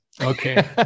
Okay